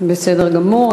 בסדר גמור.